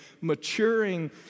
maturing